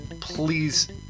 please